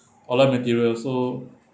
alloy material so